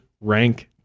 rank